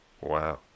Wow